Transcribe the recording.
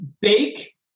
bake